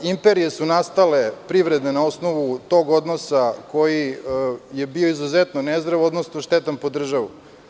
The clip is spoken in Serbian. Privredne imperije su nastale na osnovu tog odnosa koji je bio izuzetno nezdrav, odnosno štetan po državu.